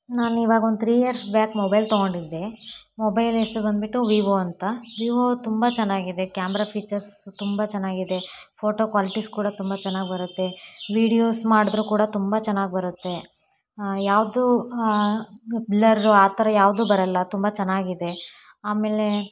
ನಾನಿವಾಗ ಒಂದು three years back mobile ತಗೊಂಡಿದ್ದೆ ಮೊಬೈಲ್ ಹೆಸರು ಬಂದುಬಿಟ್ಟು ವಿವೋ ಅಂತ ವಿವೋ ತುಂಬ ಚೆನ್ನಾಗಿದೆ ಕ್ಯಾಮ್ರಾ ಫೀಚರ್ಸ್ ತುಂಬ ಚೆನ್ನಾಗಿದೆ ಫೋಟೋ ಕ್ವಾಲಿಟೀಸ್ ಕೂಡ ತುಂಬ ಚೆನ್ನಾಗಿ ಬರುತ್ತೆ ವಿಡಿಯೋಸ್ ಮಾಡಿದರೂ ಕೂಡ ತುಂಬ ಚೆನ್ನಾಗಿ ಬರುತ್ತೆ ಯಾವುದು ಬ್ಲರ್ ಆ ಥರ ಯಾವುದು ಬರಲ್ಲ ತುಂಬ ಚೆನ್ನಾಗಿದೆ ಆಮೇಲೆ